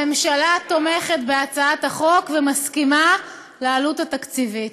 הממשלה תומכת בהצעת החוק ומסכימה לעלות התקציבית.